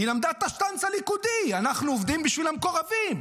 היא למדה את השטנץ הליכודי: אנחנו עובדים בשביל המקורבים.